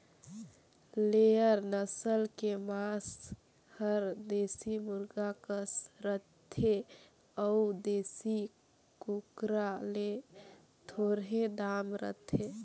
layer नसल के मांस हर देसी मुरगा कस रथे अउ देसी कुकरा ले थोरहें दाम रहथे